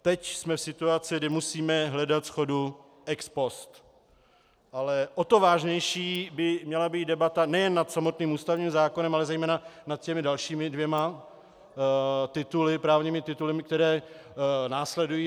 Teď jsme v situaci, kdy musíme hledat shodu ex post, ale o to vážnější by měla být debata nejen nad samotným ústavním zákonem, ale zejména nad těmi dalšími dvěma právními tituly, které následují.